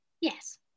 Yes